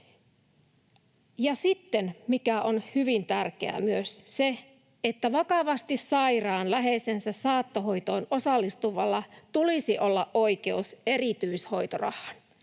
sitten, mikä on hyvin tärkeää, on myös se, että vakavasti sairaan läheisensä saattohoitoon osallistuvalla tulisi olla oikeus erityishoitorahaan.